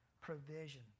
Provision